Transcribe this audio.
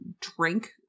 drink